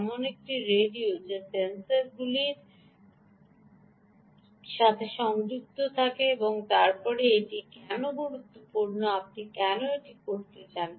এমন একটি রেডিও যা সেন্সরগুলির সাথে সংযুক্ত থাকে এবং এরপরে এটি কেন গুরুত্বপূর্ণ আপনি কেন এটি করতে চান